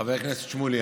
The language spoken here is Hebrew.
חבר הכנסת שמולי,